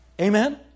Amen